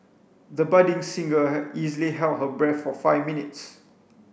the budding singer easily held her breath for five minutes